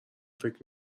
فکر